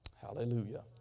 Hallelujah